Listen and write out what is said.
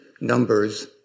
Numbers